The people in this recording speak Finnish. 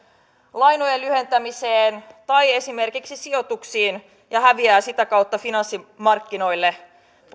lainojen lyhentämiseen tai esimerkiksi sijoituksiin ja häviää sitä kautta finanssimarkkinoiden